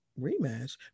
rematch